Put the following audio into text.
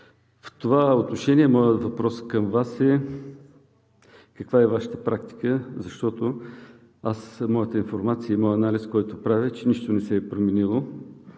В това отношение моят въпрос към Вас е: каква е Вашата практика, защото моята информация и моят анализ, който правя, е, че нищо не се е променило